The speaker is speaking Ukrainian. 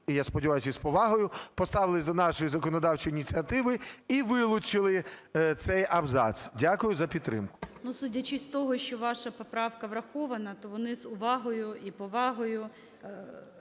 і, я сподіваюсь, із повагою поставились до нашої законодавчої ініціативи і вилучили цей абзац. Дякую за підтримку. ГОЛОВУЮЧИЙ. Ну, судячи з того, що ваша поправка врахована, то вони з увагою і повагою